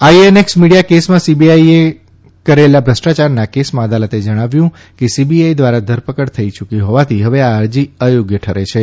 INX media કેસમાં CBI એ કરેલા ભ્રષ્ટાયારના કેસમાં અદાલતે જણાવ્યં કે સીબીઆઇ દ્વારા ધરપકડ થઇ યૂકી હોવાથી હવે આ અરજી અયોગ્ય ઠરે છે